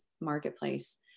marketplace